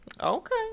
Okay